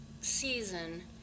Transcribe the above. season